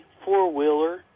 four-wheeler